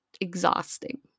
exhausting